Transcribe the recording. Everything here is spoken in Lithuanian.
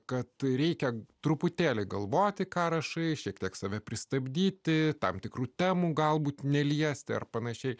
kad reikia truputėlį galvoti ką rašai šiek tiek save pristabdyti tam tikrų temų galbūt neliesti ar pan